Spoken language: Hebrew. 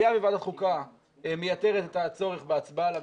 היה וועדת חוקה מייתרת את הצורך בהצבעה עליו